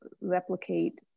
replicate